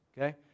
okay